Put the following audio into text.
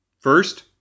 First